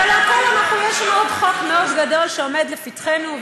אבל יש לנו עוד חוק מאוד גדול שעומד לפתחנו,